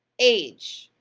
age.